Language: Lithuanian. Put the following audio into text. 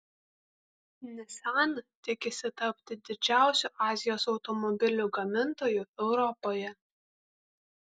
nissan tikisi tapti didžiausiu azijos automobilių gamintoju europoje